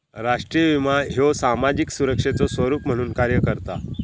राष्ट्रीय विमो ह्यो सामाजिक सुरक्षेचो स्वरूप म्हणून कार्य करता